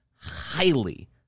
highly